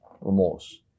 remorse